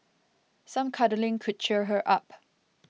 some cuddling could cheer her up